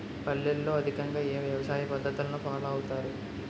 పల్లెల్లో అధికంగా ఏ వ్యవసాయ పద్ధతులను ఫాలో అవతారు?